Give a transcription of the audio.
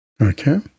Okay